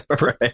Right